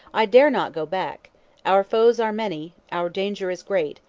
i dare not go back our foes are many, our danger is great,